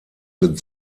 mit